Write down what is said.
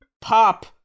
pop